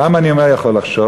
למה אני אומר יכול לחשוב?